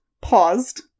paused